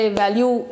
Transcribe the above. value